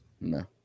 No